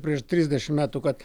prieš trisdešimt metų kad